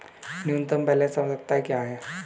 न्यूनतम बैलेंस आवश्यकताएं क्या हैं?